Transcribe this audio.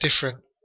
different